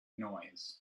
noise